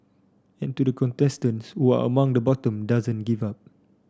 and to the contestants who are among the bottom doesn't give up